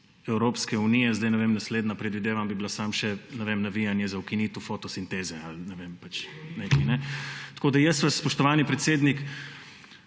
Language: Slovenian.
Evropske unije. Zdaj ne vem, naslednja, predvidevam, bi bila samo še, ne vem, navijanje za ukinitev fotosinteze ali ne vem, pač nekaj. Tako da jaz vas, spoštovani predsednik,